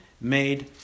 made